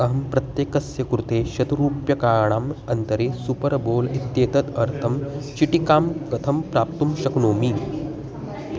अहं प्रत्येकस्य कृते शतरूप्यकाणाम् अन्तरे सुपर बोल् इत्येतदर्थं चीटिकां कथं प्राप्तुं शक्नोमि